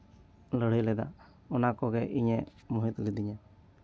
ᱞᱟᱹᱲᱦᱟᱹᱭ ᱞᱮᱫᱟ ᱚᱱᱟ ᱠᱚᱜᱮ ᱤᱧᱮ ᱢᱳᱦᱤᱛ ᱞᱤᱫᱤᱧᱟ